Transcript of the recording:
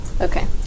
Okay